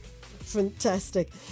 Fantastic